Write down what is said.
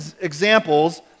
examples